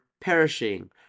perishing